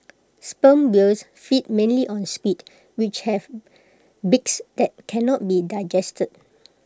sperm whales feed mainly on squid which have beaks that cannot be digested